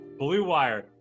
BlueWire